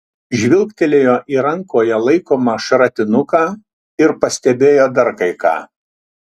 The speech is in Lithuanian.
žvilgtelėjo į rankoje laikomą šratinuką ir pastebėjo dar kai ką